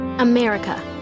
America